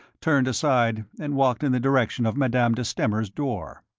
turned aside, and walked in the direction of madame de stamer's door.